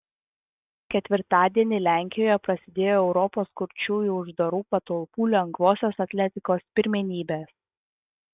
ketvirtadienį lenkijoje prasidėjo europos kurčiųjų uždarų patalpų lengvosios atletikos pirmenybės